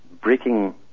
breaking